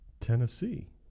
Tennessee